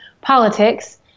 politics